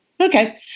Okay